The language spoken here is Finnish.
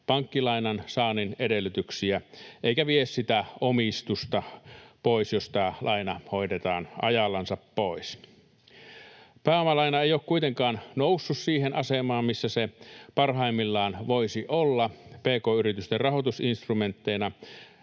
pankkilainan saannin edellytyksiä, eikä vie sitä omistusta pois, jos tämä laina hoidetaan ajallansa pois. Pääomalaina ei ole kuitenkaan noussut siihen asemaan, missä se parhaimmillaan voisi olla pk-yritysten rahoitusinstrumenttina.